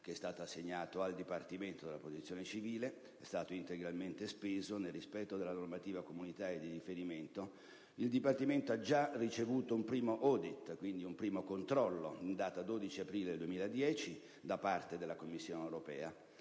che è stato assegnato al Dipartimento della protezione civile e che è stato integralmente speso nel rispetto della normativa comunitaria di riferimento, il Dipartimento ha già ricevuto un primo *audit*, e quindi un primo controllo, in data 12 aprile 2010, da parte della Commissione europea,